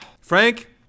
Frank